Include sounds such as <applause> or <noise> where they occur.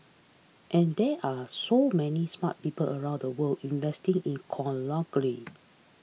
and there are so many smart people around the world investing in <unintelligible>